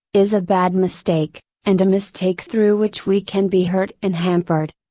is a bad mistake, and a mistake through which we can be hurt and hampered.